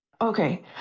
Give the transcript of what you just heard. Okay